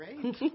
Great